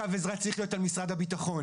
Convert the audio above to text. הקו עזרה צריך להיות על משרד הביטחון.